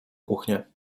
kuchnie